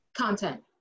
content